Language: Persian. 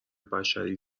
بشری